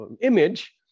image